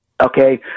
Okay